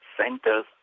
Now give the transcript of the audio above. centers